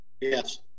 yes